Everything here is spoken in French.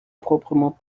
proprement